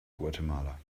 guatemala